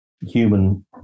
human